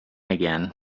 again